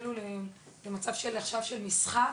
כאלה למצב עכשיו של משחק,